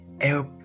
help